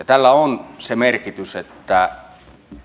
tällä on se merkitys että